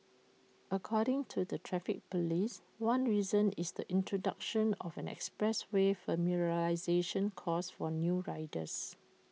according to the traffic Police one reason is the introduction of an expressway familiarisation course for new riders